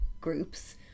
Groups